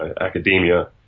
academia